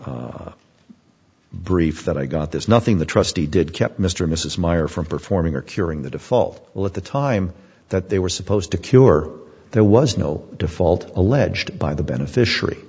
amicus brief that i got this nothing the trustee did kept mr or mrs meyer from performing or curing the default at the time that they were supposed to cure there was no default alleged by the beneficiary